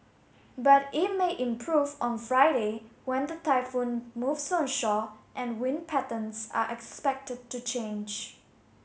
but it may improve on Friday when the typhoon moves onshore and wind patterns are expected to change